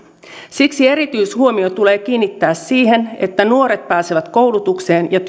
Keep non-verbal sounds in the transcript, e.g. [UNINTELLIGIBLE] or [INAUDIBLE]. siksi erityishuomio tulee kiinnittää siihen että nuoret pääsevät koulutukseen ja [UNINTELLIGIBLE]